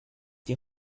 die